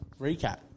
Recap